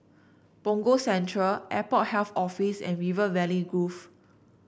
Punggol Central Airport Health Office and River Valley Grove